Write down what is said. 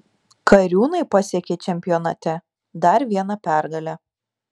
kariūnai pasiekė čempionate dar vieną pergalę